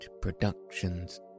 productions